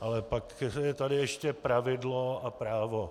Ale pak je tady ještě pravidlo a právo.